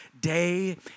day